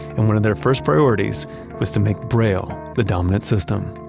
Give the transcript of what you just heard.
and one of their first priorities was to make braille the dominant system